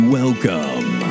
welcome